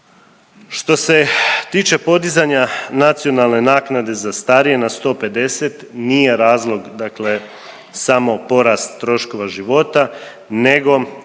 Što se tiče podizanja nacionalne naknade za starije na 150 nije razlog dakle samo porast troškova života nego